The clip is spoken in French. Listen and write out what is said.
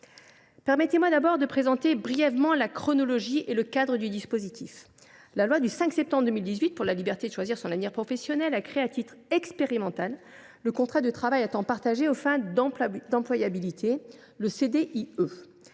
Permettez moi tout d’abord de présenter brièvement la chronologie et le cadre du dispositif. La loi du 5 septembre 2018 pour la liberté de choisir son avenir professionnel a créé, à titre expérimental, le contrat de travail à temps partagé aux fins d’employabilité, le CDIE.